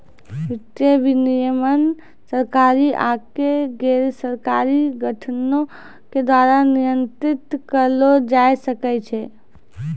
वित्तीय विनियमन सरकारी आकि गैरसरकारी संगठनो के द्वारा नियंत्रित करलो जाय सकै छै